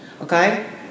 okay